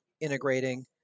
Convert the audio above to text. integrating